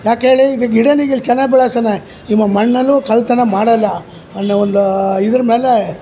ಯಾಕೇಳಿ ಇದು ಗಿಡ ಈಗಿಲ್ಲಿ ಚೆನ್ನಾಗ್ ಬೆಳೆಸಾನ ಇವ ಮಣ್ಣಲ್ಲೂ ಕಳ್ತನ ಮಾಡೋಲ್ಲ ಅನ್ನೋ ಒಂದು ಇದ್ರ ಮೇಲೆ